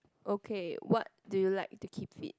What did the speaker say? okay what do you like to keep fit